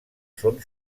son